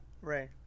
Right